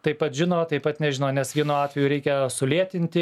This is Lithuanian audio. taip pat žino taip pat nežino nes vienu atveju reikia sulėtinti